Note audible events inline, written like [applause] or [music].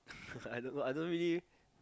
[laughs] I don't know I don't really